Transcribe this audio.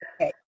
okay